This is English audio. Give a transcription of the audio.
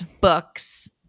books